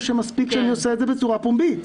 או שמספיק שאני עושה את זה בצורה פומבית.